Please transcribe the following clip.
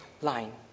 line